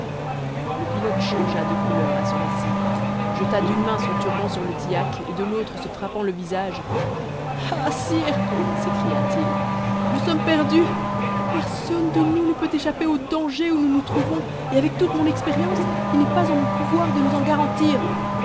le pilote changea de couleur à ce récit jeta d'une main son turban sur le tillac et de l'autre se frappant le visage ah sire s'écria-t-il nous sommes perdus personne de nous ne peut échapper au danger où nous nous trouvons et avec toute mon expérience il n'est pas en mon pouvoir de nous en garantir